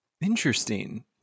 interesting